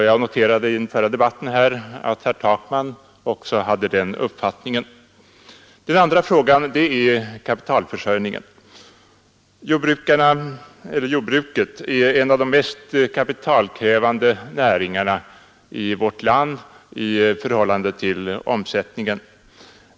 Jag noterade i debatten om föregående ärende att herr Takman också hade den uppfattningen. Den andra frågan är kapitalförsörjningen. Jordbruket är en av de mest kapitalkrävande näringarna i vårt land i förhållande till omsättningen.